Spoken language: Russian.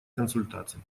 консультаций